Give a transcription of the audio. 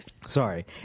Sorry